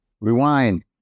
Rewind